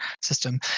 system